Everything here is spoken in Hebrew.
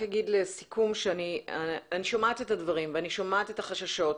אני שומעת את הדברים ואני שומעת את החששות,